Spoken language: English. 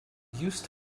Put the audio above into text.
used